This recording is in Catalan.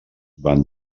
van